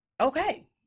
Okay